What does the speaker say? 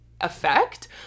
effect